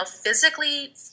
physically